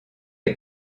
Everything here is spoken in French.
est